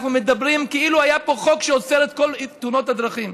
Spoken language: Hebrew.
אנחנו מדברים כאילו היה פה חוק שעוצר את כל תאונות הדרכים.